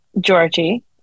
Georgie